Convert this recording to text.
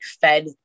fed